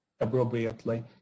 appropriately